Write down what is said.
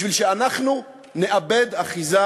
בשביל שאנחנו נאבד אחיזה